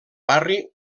barri